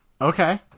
Okay